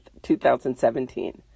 2017